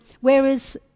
whereas